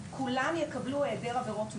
כולם יקבלו היעדר עבירות מין,